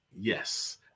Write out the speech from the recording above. yes